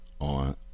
on